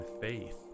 faith